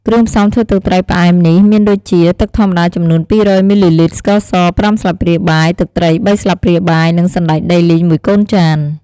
គ្រឿងផ្សំធ្វើទឹកត្រីផ្អែមនេះមានដូចជា ទឹកធម្មតាចំនួន ២០០មីលីលីត្រ ស្ករស ប្រាំស្លាបព្រាបាយ ទឹកត្រីបីស្លាបព្រាបាយ និងសណ្ដែកដីលីងមួយកូនចាន ។